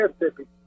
Mississippi